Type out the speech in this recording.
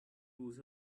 lose